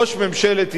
ראש ממשלת ישראל,